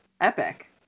Epic